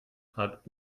hat